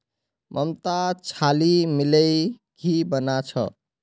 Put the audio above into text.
ममता छाली मिलइ घी बना छ